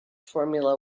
formula